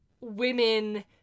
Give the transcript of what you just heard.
women